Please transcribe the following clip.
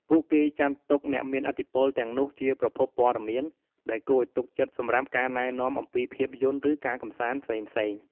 ពួកគេចាត់ទុកអ្នកមានឥទ្ធិពលទាំងនោះជាប្រភពព័ត៌មានដែលគួរឱ្យទុកចិត្តសម្រាប់ការណែនាំអំពីភាពយន្ត ឬការកម្សាន្តផ្សេងៗ។